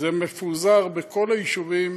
זה מפוזר בכל היישובים,